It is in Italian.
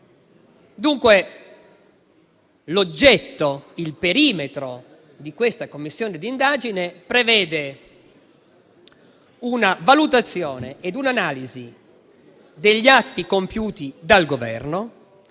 Dunque l'oggetto e il perimetro di questa Commissione d'inchiesta prevedono una valutazione e un'analisi degli atti compiuti dal Governo